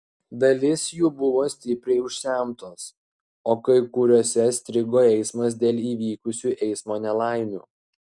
dalis jų buvo stipriai užsemtos o kai kuriose strigo eismas dėl įvykusių eismo nelaimių